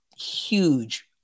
huge